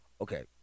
Okay